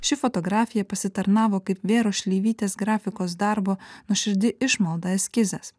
ši fotografija pasitarnavo kaip vėros šleivytės grafikos darbo nuoširdi išmalda eskizas